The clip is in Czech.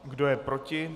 Kdo je proti?